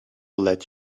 let